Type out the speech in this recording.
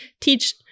teach